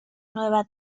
nueva